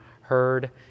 heard